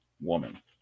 woman